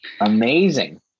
Amazing